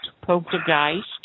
poltergeist